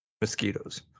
mosquitoes